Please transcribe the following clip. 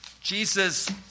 Jesus